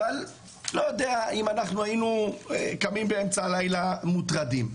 אבל לא יודע אם אנחנו היינו קמים באמצע הלילה מוטרדים.